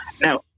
Now